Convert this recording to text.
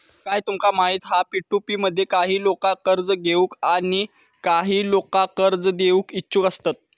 काय तुमका माहित हा पी.टू.पी मध्ये काही लोका कर्ज घेऊक आणि काही लोका कर्ज देऊक इच्छुक असतत